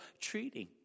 treating